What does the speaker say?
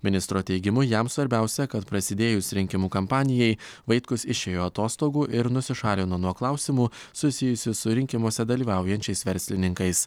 ministro teigimu jam svarbiausia kad prasidėjus rinkimų kampanijai vaitkus išėjo atostogų ir nusišalino nuo klausimų susijusių su rinkimuose dalyvaujančiais verslininkais